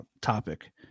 topic